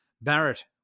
Barrett